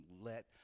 let